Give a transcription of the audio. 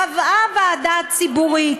קבעה ועדה ציבורית,